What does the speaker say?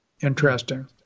interesting